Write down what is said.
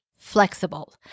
flexible